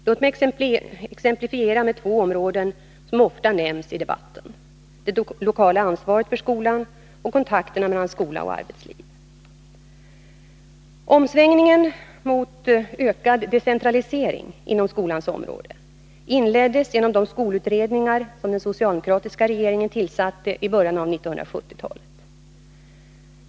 Låt mig exemplifiera med två områden som ofta nämns i debatten: det lokala ansvaret för skolan och kontakterna mellan skola och arbetsliv. Omsvängningen mot ökad decentralisering inom skolans område inleddes genom de skolutredningar som den socialdemokratiska regeringen tillsatte i början av 1970-talet.